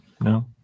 No